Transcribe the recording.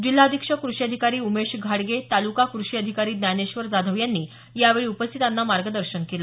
जिल्हा अधीक्षक कृषी अधिकारी उमेश घाडगे तालुका कृषी अधिकारी ज्ञानेश्वर जाधव यांनी यावेळी उपस्थितांना मार्गदर्शन केलं